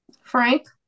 Frank